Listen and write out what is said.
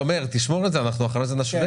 לא, מאיר, תשמור את זה, אנחנו אחרי זה נשווה.